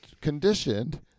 conditioned